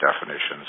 definitions